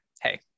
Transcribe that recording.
hey